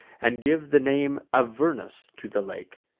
and give the name avernus to the lake.